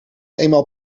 eenmaal